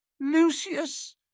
Lucius